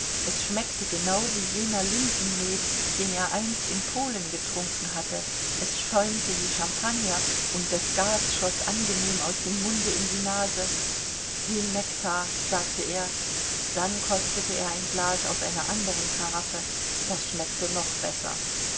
es schmeckte genau wie jener lindenmet den er einst in polen getrunken hatte es schäumte wie champagner und das gas schoß angenehm aus dem munde in die nase wie nektar sagte er dann kostete er ein glas aus einer anderen karaffe das schmeckte noch besser